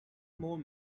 more